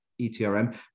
ETRM